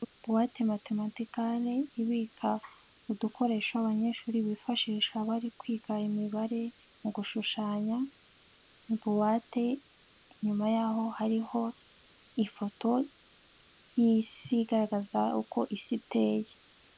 Buwate matemetikale ibika udukoresho abanyeshuri bifashisha bari kwiga imibare mu gushushanya, buwate inyuma y'aho hariho ifoto y'isi igaragaza uko isi iteye.